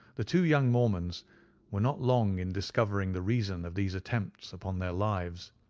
the two young mormons were not long in discovering the reason of these attempts upon their lives,